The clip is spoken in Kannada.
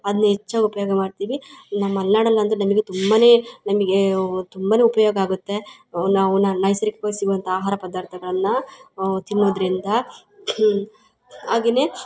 ಅದನ್ನ ಹೆಚ್ಚಾಗ್ ಉಪಯೋಗ ಮಾಡ್ತೀವಿ ನಮ್ಮ ಮಲೆನಾಡಲಂತು ನಮಗೆ ತುಂಬಾ ನಮಗೆ ತುಂಬ ಉಪಯೋಗ ಆಗುತ್ತೆ ನಾವು ನೈಸರ್ಗಿಕವಾಗಿ ಸಿಗುವಂತಹ ಆಹಾರ ಪದಾರ್ಥಗಳನ್ನ ತಿನ್ನೋದರಿಂದ ಹಾಗೇ